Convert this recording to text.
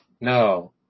No